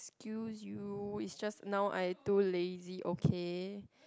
excuse you is just now I too lazy okay